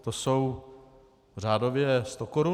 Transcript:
To jsou řádově stokoruny.